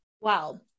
Wow